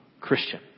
Christian